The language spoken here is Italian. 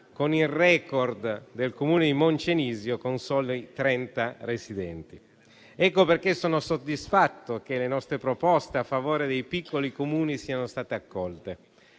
con il *record* del Comune di Moncenisio, con soli 30 residenti. Per questo sono soddisfatto che le nostre proposte a favore dei piccoli Comuni siano state accolte.